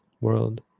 world